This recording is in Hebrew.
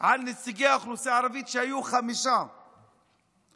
על נציגי האוכלוסייה הערבית, שהיו חמישה נציגים.